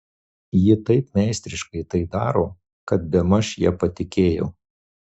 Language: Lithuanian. ji taip meistriškai tai daro kad bemaž ja patikėjau